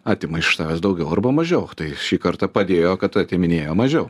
atima iš tavęs daugiau arba mažiau tai šį kartą padėjo kad atiminėjo mažiau